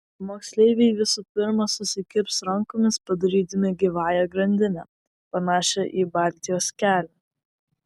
moksleiviai visų pirma susikibs rankomis padarydami gyvąją grandinę panašią į baltijos kelią